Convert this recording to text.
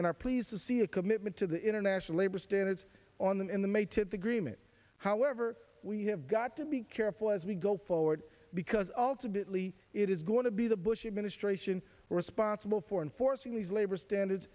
and are pleased to see a commitment to the international labor standards on them in the may tip agreement however we have got to be careful as we go forward because ultimately it is going to be the bush administration responsible for enforcing these labor standards